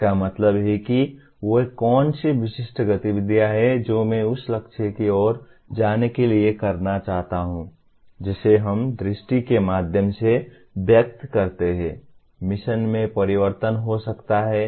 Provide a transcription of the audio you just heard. इसका मतलब है कि वे कौन सी विशिष्ट गतिविधियाँ हैं जो मैं उस लक्ष्य की ओर जाने के लिए करना चाहता हूँ जिसे हम दृष्टि के माध्यम से व्यक्त करते हैं मिशन में परिवर्तन हो सकता है